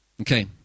Okay